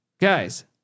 Guys